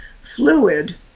fluid